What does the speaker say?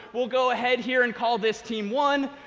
we'll go ahead here and call this team one,